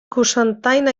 cocentaina